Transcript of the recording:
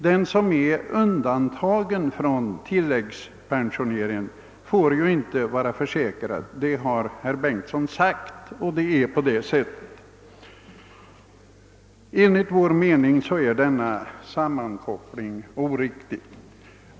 Den som är undantagen från tilläggspensioneringen får ju inte vara försäkrad, det har herr Bengtsson sagt, och det är också på det sättet. Enligt vår mening är denna sammankoppling oriktig.